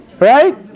right